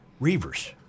Reavers